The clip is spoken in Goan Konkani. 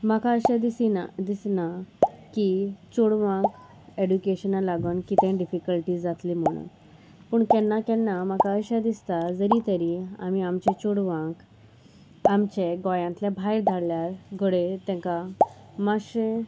म्हाका अशें दिसिना दिसना की चोडवांक एडुकेशना लागोन कितें डिफिकल्टी जातली म्हणून पूण केन्ना केन्ना म्हाका अशें दिसता जरी तरी आमी आमच्या चोडवांक आमचे गोंयांतले भायर धाडल्यार गडे तेंकां मातशें